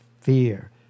fear